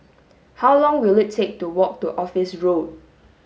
how long will it take to walk to Office Road